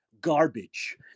garbage